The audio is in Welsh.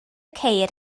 ceir